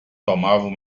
tomavam